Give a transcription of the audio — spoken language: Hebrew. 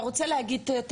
אם אתה רוצה להגיד משהו,